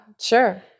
Sure